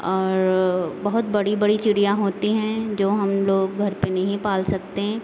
और बहुत बड़ी बड़ी चिड़िया होती है जो हम लोग घर पर नहीं पाल सकते